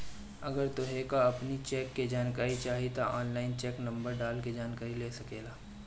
अगर तोहके अपनी चेक के जानकारी चाही तअ ऑनलाइन चेक नंबर डाल के जानकरी ले सकेला